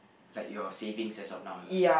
like your savings as of now lah